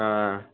हँ